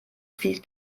viel